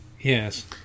Yes